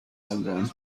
کردم